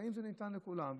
האם זה ניתן לכולם.